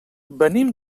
venim